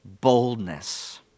boldness